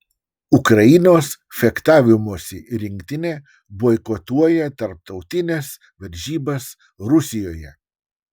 ukrainos fechtavimosi rinktinė boikotuoja tarptautines varžybas rusijoje